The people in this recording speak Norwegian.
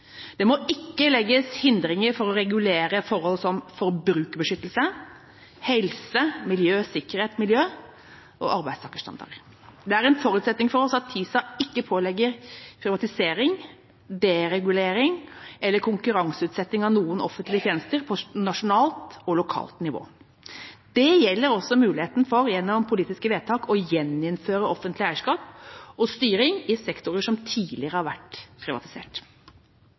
Det må ikke legges hindringer for å regulere forhold som forbrukerbeskyttelse, helse, sikkerhet, miljø og arbeidstakerstandarder. Det er en forutsetning for oss at TISA ikke pålegger privatisering, deregulering eller konkurranseutsetting av noen offentlige tjenester på nasjonalt eller lokalt nivå. Det gjelder også muligheten for – gjennom politiske vedtak – å gjeninnføre offentlig eierskap og styring i sektorer som tidligere har vært privatisert.